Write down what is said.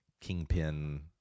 Kingpin